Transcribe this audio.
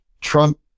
Trump